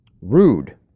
rude